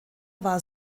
war